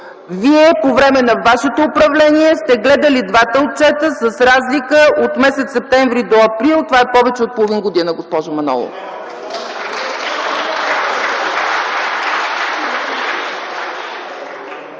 По време на вашето управление сте гледали двата отчета с разлика от м. септември до м. април. Това е повече от половин година, госпожо Манолова!